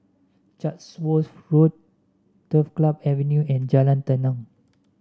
Chatsworth Road Turf Club Avenue and Jalan Tenang